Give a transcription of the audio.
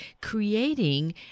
creating